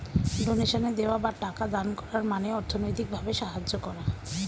ডোনেশনে দেওয়া বা টাকা দান করার মানে অর্থনৈতিক ভাবে সাহায্য করা